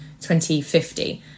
2050